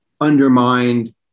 undermined